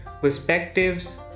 perspectives